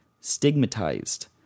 stigmatized